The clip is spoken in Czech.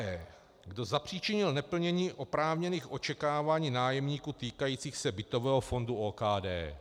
E. Kdo zapříčinil neplnění oprávněných očekávání nájemníků týkajících se bytového fondu OKD.